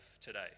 today